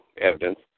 evidence